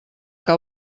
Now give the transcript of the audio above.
que